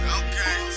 okay